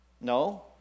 No